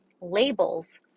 labels